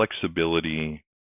flexibility